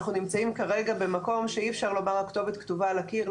אנחנו נמצאים כרגע במקום שאי אפשר לומר הכתובת כתובה על הקיר,